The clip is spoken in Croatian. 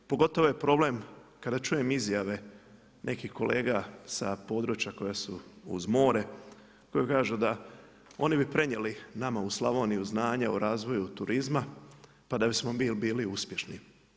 Pogotovo je problem, kada čujem izjave nekih kolega koji su sa područja koja su uz more, koja kažu da oni bi prenijeli nama u Slavoniju, znanja o razvoju turizma, pa da bismo mi bili uspješni.